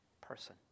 person